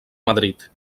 madrid